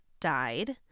died